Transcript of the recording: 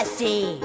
see